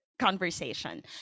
Conversation